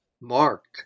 marked